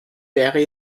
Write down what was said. wäre